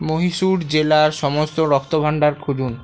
মহীশূর জেলার সমস্ত রক্তভাণ্ডার খুঁজুন